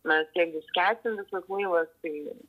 mes jeigu skęsim visas laivas tai